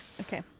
Okay